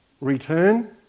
return